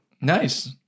nice